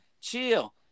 chill